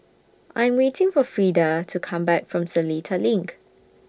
I'm waiting For Freeda to Come Back from Seletar LINK